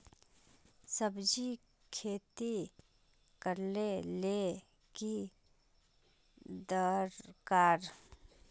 सब्जी खेती करले ले की दरकार?